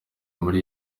muri